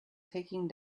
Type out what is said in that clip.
taking